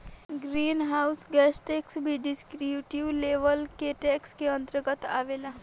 green house gas tax भी descriptive level के tax के अंतर्गत आवेला